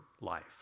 life